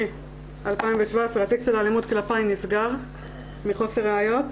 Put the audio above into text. ב-15.10.2017 התיק של אלימות כלפי נסגר מחוסר ראיות.